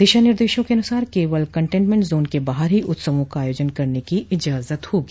दिशा निर्देशों के अनुसार केवल कंटेनमेंट जोन के बाहर ही उत्सवों का आयोजन करने की इजाजत होगी